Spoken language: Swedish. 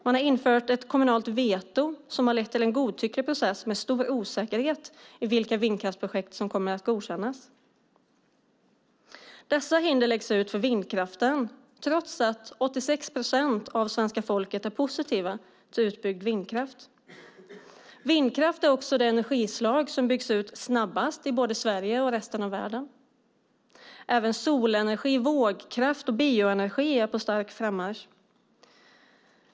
Man har infört ett kommunalt veto som har lett till en godtycklig process med stor osäkerhet om vilka vindkraftsprojekt som kommer att godkännas. Dessa hinder läggs ut för vindkraften trots att 86 procent av svenska folket är positiva till utbyggd vindkraft. Vindkraft är också det energislag som byggs ut snabbast i både Sverige och resten av världen. Även solenergi, vågkraft och bioenergi är på stark frammarsch.